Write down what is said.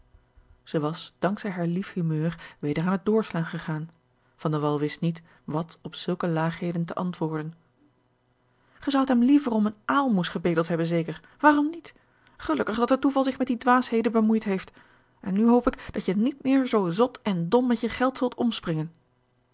zij was dank zij haar lief humeur weder aan het doorslaan gegaan van de wall wist niet wat op zulke laagheden te antwoorden ge zoudt hem liever om eene aalmoes gebedeld hebben zeker waarom niet gelukkig dat het toeval zich met die dwaasheden bemoeid heeft en nu hoop ik dat je niet meer zoo zot en dom met je geld zult omspringen